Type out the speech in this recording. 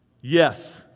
Yes